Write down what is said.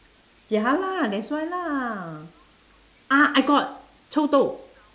ya lah that's why lah ah I got 臭豆